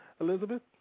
Elizabeth